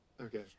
Okay